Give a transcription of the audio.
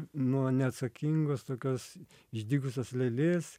nuo neatsakingos tokios išdygusios lėlės